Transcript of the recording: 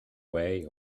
way